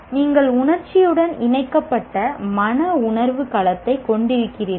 நீங்கள் உணர்ச்சியுடன் இணைக்கப்பட்ட மன உணர்வு களத்தை கொண்டிருக்கிறீர்கள்